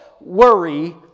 worry